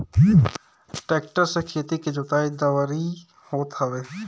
tractor से खेत के जोताई, दवरी होत हवे